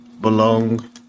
Belong